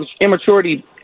immaturity